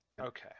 Okay